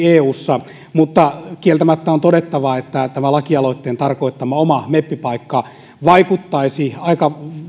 eussa mutta kieltämättä on todettava että tämä lakialoitteen tarkoittama oma meppipaikka vaikuttaisi aika